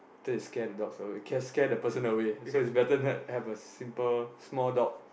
later they scare the dogs away scare scare the person away so it's better not have a simple small dog